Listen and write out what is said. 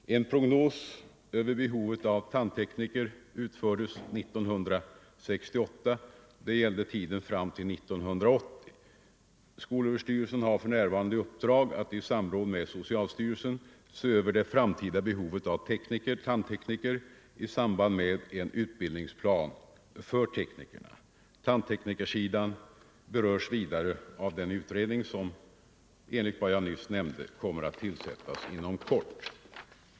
En prognos över behovet av tandtekniker utfördes 1968 och gällde tiden fram till 1980. Skolöverstyrelsen har för närvarande i uppdrag att i samråd med socialstyrelsen se över det framtida behovet av tandtekniker i samband med en utbildningsplan för tandteknikerna. Tandteknikersidan berörs vidare av den utredning som enligt vad jag nyss nämnde kommer att tillsättas inom kort.